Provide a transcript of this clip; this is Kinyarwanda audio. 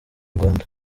rwanda